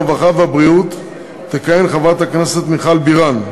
הרווחה והבריאות תכהן חברת הכנסת מיכל בירן,